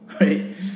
right